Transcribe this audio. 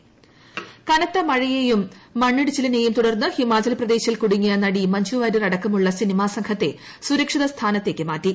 മഞ്ജു വാര്യർ കനത്ത മഴയെയും മണ്ണിടിച്ചിലിനെയും തുടർന്ന് ഹിമാചൽ പ്രദേശിൽ കുടുങ്ങിയ നടി മഞ്ജു വാര്യർ അടക്കമുള്ള സിനിമാ സംഘത്തെ സുരക്ഷിതസ്ഥാനത്തേക്ക് മാറ്റി